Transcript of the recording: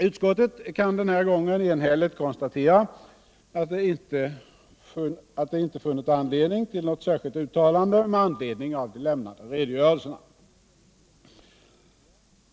Utskottet kan den här gången enhälligt konstatera, att det inte funnits anledning till något särskilt uttalande med anledning av de lämnade redogöreiserna.